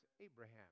Abraham